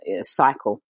cycle